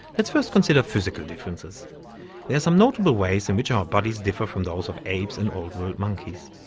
let's first consider physical differences there are some notable ways in which our bodies differ from those of apes and old-world monkeys.